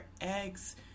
eggs